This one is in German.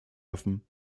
offen